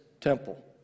temple